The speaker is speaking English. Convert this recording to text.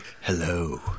hello